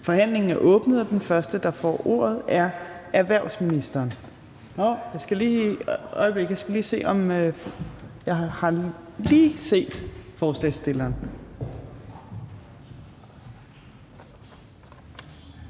Forhandlingen er åbnet, og den første, der får ordet, er erhvervsministeren. Jeg skal lige se, hvor ordføreren for forslagsstillerne